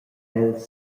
els